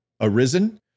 arisen